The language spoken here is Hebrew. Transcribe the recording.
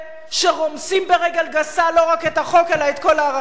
שרומסים ברגל גסה לא רק את החוק אלא את כל הערכים שלנו.